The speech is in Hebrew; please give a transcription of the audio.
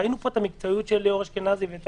ראינו את המקצועיות של ליאור אשכנזי ואת